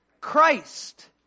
Christ